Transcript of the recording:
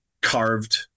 carved